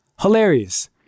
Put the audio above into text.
Hilarious